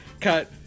Cut